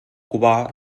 cubà